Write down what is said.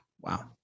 Wow